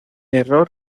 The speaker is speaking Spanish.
error